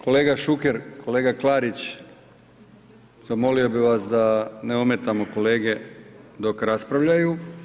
Kolega Šuker, kolega Klarić zamolio bih vas da ne ometamo kolege dok raspravljaju.